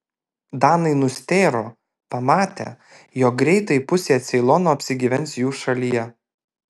danai nustėro pamatę jog greitai pusė ceilono apsigyvens jų šalyje